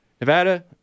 Nevada